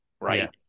right